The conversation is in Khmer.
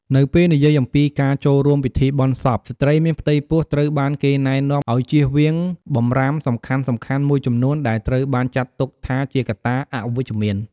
នៅពេលនិយាយអំពីការចូលរួមពិធីបុណ្យសព ស្ត្រីមានផ្ទៃពោះត្រូវបានគេណែនាំឲ្យជៀសវាងបម្រាមសំខាន់ៗមួយចំនួន ដែលត្រូវបានចាត់ទុកថាជាកត្តាអវិជ្ជមាន។